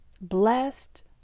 blessed